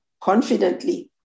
confidently